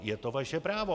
Je to vaše právo.